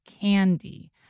candy